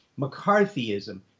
McCarthyism